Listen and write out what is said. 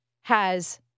has-